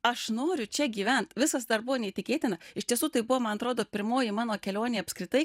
aš noriu čia gyvent viskas dar buvo neįtikėtina iš tiesų tai buvo man atrodo pirmoji mano kelionė apskritai